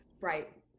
Right